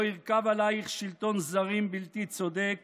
לא ירכב עלייך שלטון זרים בלתי צודק